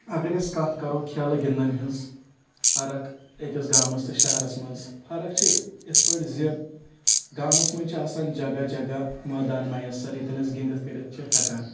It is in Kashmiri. اگر أسۍ کتھ کرو کھیٚلہٕ گنٛدنن ہنٛز فرق أکِس گامس تہٕ شہرس منٛز فرق چھِ اِتھ پٲٹھۍ زِ گامس منٛز چھِ آسان جگہ جگہ مٲدان میثر ییٚتٮ۪ن أسۍ گنٛدِتھ کٔرِتھ چھِ ہیٚکان